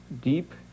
deep